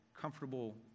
comfortable